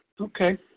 Okay